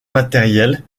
matériel